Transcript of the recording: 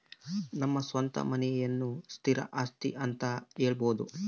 ನಮ್ಮ ಸ್ವಂತ ಮನೆಯನ್ನ ಸ್ಥಿರ ಆಸ್ತಿ ಅಂತ ಹೇಳಬೋದು